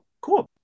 Cool